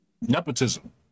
Nepotism